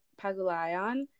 Pagulayan